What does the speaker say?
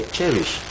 cherish